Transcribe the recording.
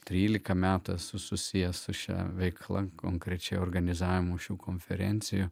trylika metų esu susijęs su šia veikla konkrečiai organizavimo šių konferencijų